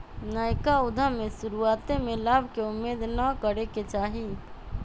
नयका उद्यम में शुरुआते में लाभ के उम्मेद न करेके चाही